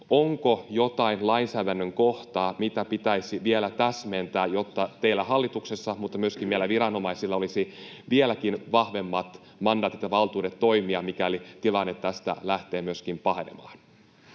onko jotain lainsäädännön kohtaa, mitä pitäisi vielä täsmentää, jotta teillä hallituksessa mutta myöskin viranomaisilla olisi vieläkin vahvemmat mandaatit ja valtuudet toimia, mikäli tilanne tästä lähtee vielä pahenemaan?